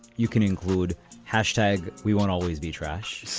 you can include hashtag. we won't always be trash.